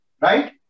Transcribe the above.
Right